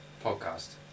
podcast